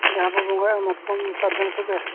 ᱡᱟᱦᱟᱸ ᱵᱚᱱ ᱵᱚᱸᱜᱟᱭᱟ ᱢᱟᱛᱠᱚᱢ ᱥᱟᱨᱡᱚᱢ ᱠᱚᱜᱮ